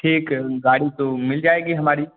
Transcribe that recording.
ठीक है गाड़ी तो मिल जाएगी हमारी